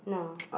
no